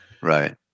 Right